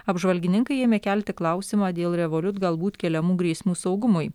apžvalgininkai ėmė kelti klausimą dėl revoliut galbūt keliamų grėsmių saugumui